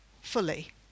fully